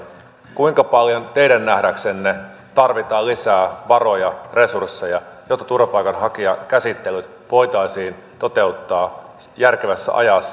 kuinka paljon teidän nähdäksenne tarvitaan lisää varoja resursseja jotta turvapaikanhakijakäsittelyt voitaisiin toteuttaa järkevässä ajassa